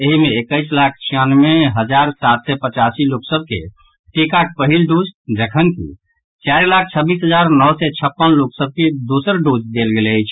एहि मे एकैस लाख छियानवे हजार सात सय पचासी लोक सभ के टीकाक पहिल डोज जखनकि चारि लाख छब्बीस हजार नओ सय छप्पन लोक सभ के दोसर डोज देल गेल अछि